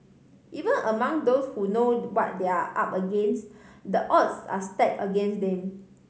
even among those who know what they are up against the odds are stack against them